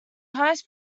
highest